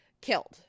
killed